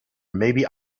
maybe